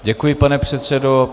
Děkuji, pane předsedo.